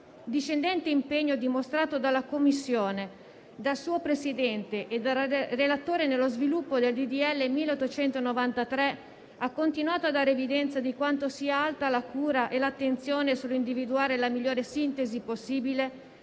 discendente impegno dimostrato dalla Commissione, dal suo Presidente e dal relatore nello sviluppo del disegno di legge n. 1893 ha continuato a dare evidenza di quanto siano alte la cura e l'attenzione nell'individuare la migliore sintesi possibile